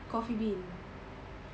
Coffee Bean